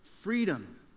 Freedom